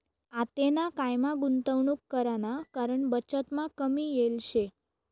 आतेना कायमा गुंतवणूक कराना कारण बचतमा कमी येल शे